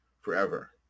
forever